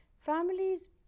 families